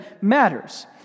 matters